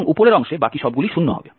এবং উপরের অংশে বাকি সবগুলি 0 হবে